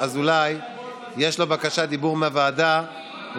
רק אחרי מאמץ ורק אחרי לחץ בוועדת הכספים